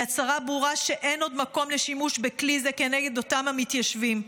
היא הצהרה ברורה שאין עוד מקום לשימוש בכלי זה כנגד אותם המתיישבים.